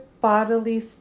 bodily